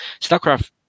Starcraft